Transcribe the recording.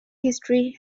history